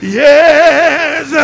yes